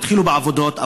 התחילו בעבודות,